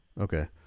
Okay